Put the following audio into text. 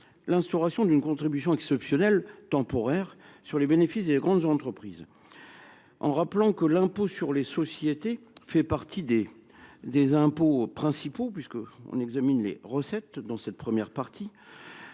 il instaure une contribution exceptionnelle temporaire sur les bénéfices des grandes entreprises. L’impôt sur les sociétés fait partie des impôts principaux, que nous examinons avec les recettes dans cette première partie,